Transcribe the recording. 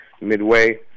midway